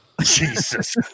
Jesus